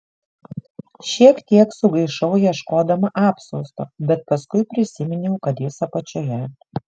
šiek tiek sugaišau ieškodama apsiausto bet paskui prisiminiau kad jis apačioje